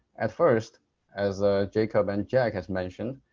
at first as ah jacob and jack had mentioned,